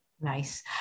Nice